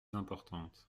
importantes